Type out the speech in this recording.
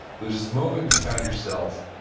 there's this moment you found yourself,